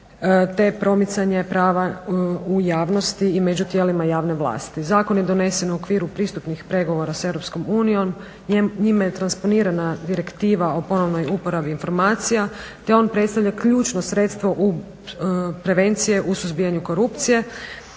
te promicanje prava u javnosti i među tijelima javne vlasti. Zakon je donesen u okviru pristupnih pregovora s EU, njime je transponirana direktiva o ponovnoj uporabi informacija te on predstavlja ključno sredstvo prevencije u suzbijanju korupcije